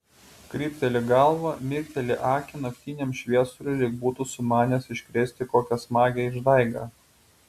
krypteli galvą mirkteli akį naktiniam šviesuliui lyg būtų sumanęs iškrėsti kokią smagią išdaigą